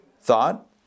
thought